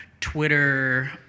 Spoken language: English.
Twitter